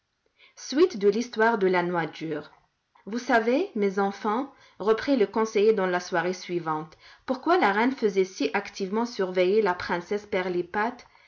suite de l'histoire de la noix dure vous savez mes enfants reprit le conseiller dans la soirée suivante pourquoi la reine faisait si activement surveiller la princesse pirlipat